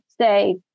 say